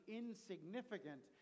insignificant